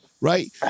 Right